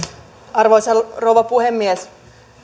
arvoisa rouva puhemies